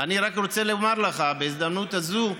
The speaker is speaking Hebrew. אני רק רוצה לומר לך, בהזדמנות הזאת,